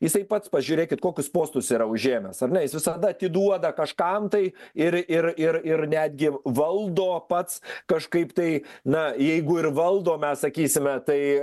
jisai pats pažiūrėkit kokius postus yra užėmęs ar ne jis visada atiduoda kažkam tai ir ir ir ir netgi valdo pats kažkaip tai na jeigu ir valdo mes sakysime tai